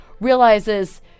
realizes